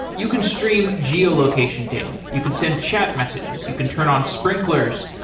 you can stream geo-location data, you can send chat messages, you can turn on sprinklers,